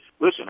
Listen